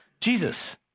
Jesus